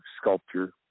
sculpture